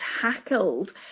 tackled